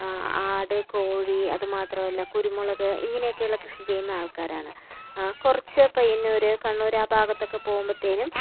ആട് കോഴി അത് മാത്രമല്ല കുരുമുളക് ഇങ്ങനെയൊക്കെ ഉള്ള കൃഷി ചെയ്യുന്ന ആൾക്കാരാണ് കുറച്ച് പയ്യന്നൂര് കണ്ണൂർ ആ ഭാഗത്തൊക്കെ പോവുമ്പത്തേനും